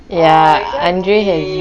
ya andre has